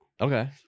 Okay